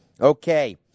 Okay